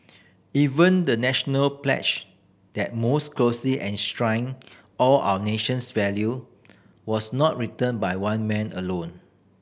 even the National pledge that most closely enshrine all our nation's value was not written by one man alone